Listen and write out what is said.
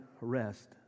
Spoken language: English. rest